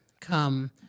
come